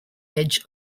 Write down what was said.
edge